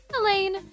Elaine